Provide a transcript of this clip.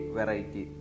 variety